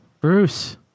Bruce